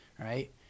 right